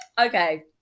okay